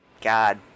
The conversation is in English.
God